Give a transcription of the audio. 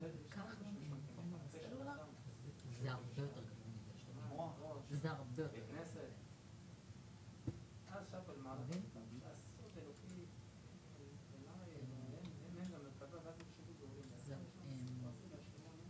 232. כנראה יש בעיה בהבנת הנקרא אצל כולם.